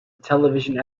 television